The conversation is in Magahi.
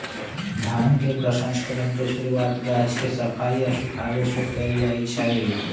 भांग के प्रसंस्करण के शुरुआत गाछ के सफाई आऽ सुखाबे से कयल जाइ छइ